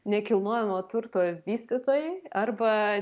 nekilnojamo turto vystytojai arba